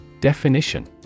Definition